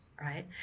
right